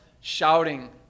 shouting